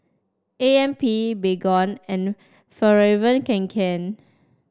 A M P Baygon and Fjallraven Kanken